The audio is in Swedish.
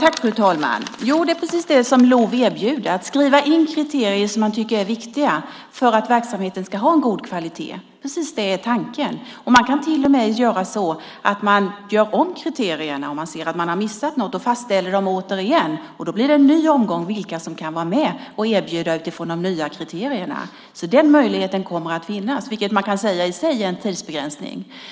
Fru talman! Det är precis det som LOV erbjuder; att skriva in kriterier som man tycker är viktiga för att verksamheten ska ha en god kvalitet. Precis det är tanken. Man kan till och med göra om kriterierna om man ser att man har missat något och fastställa dem återigen. Då blir det en ny omgång när det gäller vilka som kan vara med och erbjuda tjänster utifrån de nya kriterierna. Den möjligheten kommer att finnas, vilket man kan säga är en tidsbegränsning i sig.